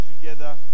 together